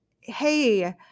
hey